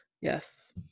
Yes